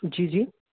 जी जी